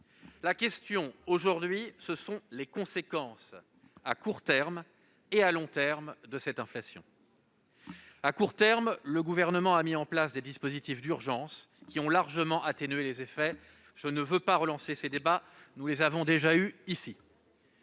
La question porte sur les conséquences, à court terme comme à long terme, de cette inflation. À court terme, le Gouvernement a mis en place des dispositifs d'urgence, qui ont largement atténué ses effets. Je ne veux pas relancer ces débats, que nous avons déjà eus ici.